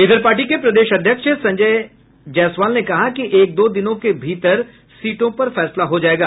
इधर पार्टी के प्रदेश अध्यक्ष संजय जायसवाल ने कहा कि एक दो दिनों के भीतर सीटों पर फैसला हो जायेगा